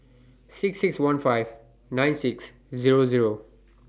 six six one five nine six Zero Zero